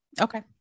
Okay